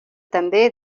també